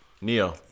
Neo